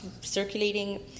circulating